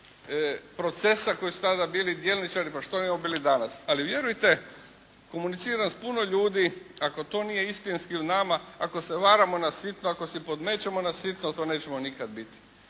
procesa koji su tada bili …/Govornik se ne razumije./… pa što ne bi bili danas. Ali vjerujte, komuniciram s puno ljudi. Ako to nije istinski u nama, ako se varamo na sitno, ako si podmećemo na sitno to nećemo nikada biti